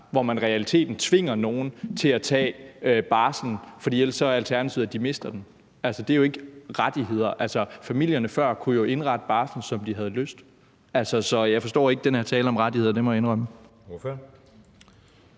hvor man i realiteten tvinger nogle til at tage barslen, for ellers er alternativet, at de mister den. Det er jo ikke rettigheder. Familierne kunne jo før indrette barslen, som de havde lyst. Så jeg forstår ikke den her tale om rettigheder.